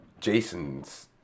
Jason's